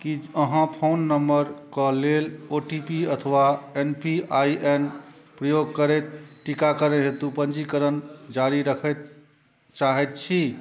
की अहाँ phone number के लेल ओ टी पी अथवा एम पी आइ एन प्रयोग करैत टीकाकरण हेतु पंजीकरण जारी राखय चाहैत छी